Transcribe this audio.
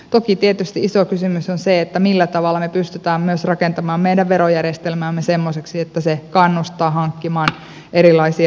toki tietysti iso kysymys on se millä tavalla me pystymme myös rakentamaan meidän verojärjestelmäämme semmoiseksi että se kannustaa hankkimaan erilaisia käyttövoimia